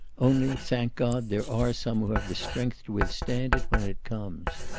only, thank god, there are some who have the strength to withstand it when it comes.